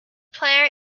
player